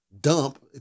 dump